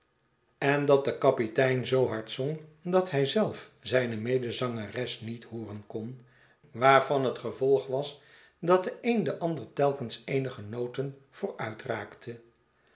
en dat de kapitein zoo hard zong dat hij zelf zijne medezangeres niet hooren kon waarvan het gevolg was dat de een den ander telkens eenige noten